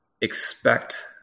expect